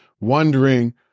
wondering